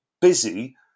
busy